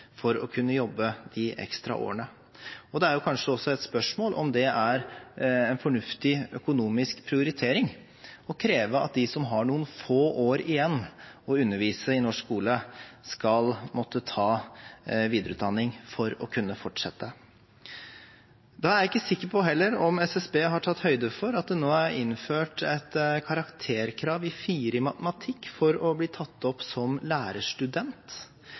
for å kunne jobbe de ekstra årene. Det er kanskje også et spørsmål om det er en fornuftig økonomisk prioritering å kreve at de som har noen få år igjen å undervise i norsk skole, skal måtte ta videreutdanning for å kunne fortsette. Da er jeg ikke sikker på heller om SSB har tatt høyde for at det nå er innført et karakterkrav på 4 i matematikk for å bli tatt opp som lærerstudent.